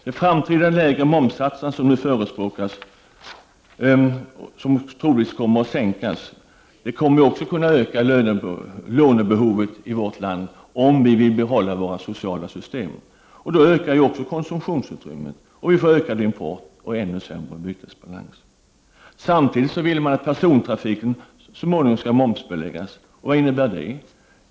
De framtida lägre momssatserna som nu förespråkas, som troligtvis kommer att sänkas, kommer också att kunna öka lånebehovet i vårt land om vi vill behålla våra sociala system. Då ökar ju också konsumtionsutrymmet, och vi får ökad import och ännu sämre bytesbalans. Samtidigt vill man att persontrafiken så småningom skall momsbeläggas. Vad innebär det?